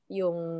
yung